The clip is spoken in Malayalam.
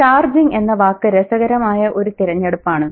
'ചാർജിംഗ്' എന്ന വാക്ക് രസകരമായ ഒരു തിരഞ്ഞെടുപ്പാണ്